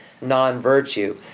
non-virtue